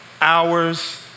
hours